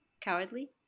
Cowardly